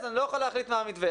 אז אני לא יכול להחליט מה המתווה.